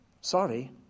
sorry